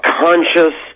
conscious